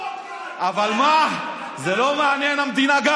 אבל מה, זה לא מעניין, המדינה.